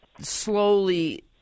slowly